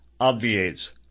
Obviates